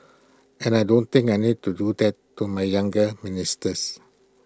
and I don't think I need to do that to my younger ministers